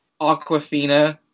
Aquafina